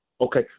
Okay